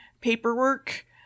paperwork